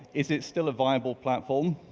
is it still a viable platform?